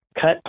cut